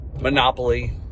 monopoly